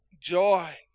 joy